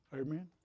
Amen